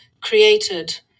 created